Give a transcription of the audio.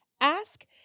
ask